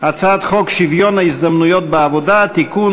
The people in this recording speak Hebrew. הצעת חוק שוויון ההזדמנויות בעבודה (תיקון,